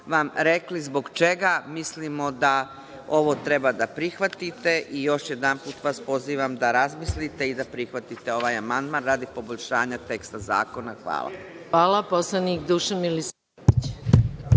vam rekli zbog čega mislimo da ovo treba da prihvatite i još jedanput vas pozivam da razmislite i da prihvatite ovaj amandman radi poboljšanja teksta zakona. Hvala. **Maja Gojković** Hvala. Reč